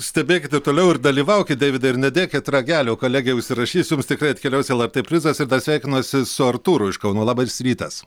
stebėkit ir toliau ir dalyvaukit deividai ir nedėkit ragelio kolegė užsirašys jums tikrai atkeliaus lrt prizas ir dar sveikinuosi su artūru iš kauno labas rytas